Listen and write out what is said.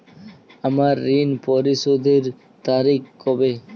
আমার ঋণ পরিশোধের তারিখ কবে?